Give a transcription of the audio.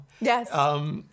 Yes